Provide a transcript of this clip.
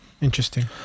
interesting